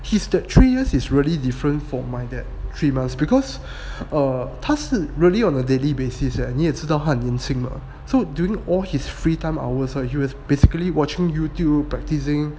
his that three years is really different from my that three months because err 他是 really on a daily basis leh 你也知道他很年轻 mah so during all his free time hours he was basically watching Youtube practicing so all the snakes are everything or they they really do it like that